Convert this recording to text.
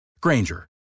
Granger